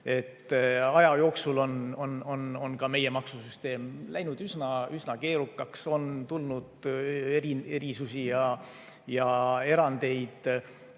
Aja jooksul on ka meie maksusüsteem läinud üsna keerukaks, on tulnud erisusi ja erandeid.